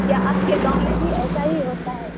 کیا آپ کے گاؤں میں بھی ایسا ہی ہوتا ہے